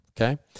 okay